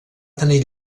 tenir